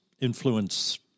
influence